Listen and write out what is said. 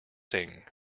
sing